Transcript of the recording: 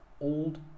old